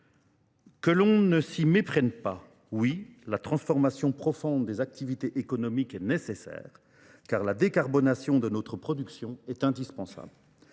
que l'on ne s'y méprenne pas. Oui, la transformation profonde des activités économiques est nécessaire, car la décarbonation de notre production est indispensable.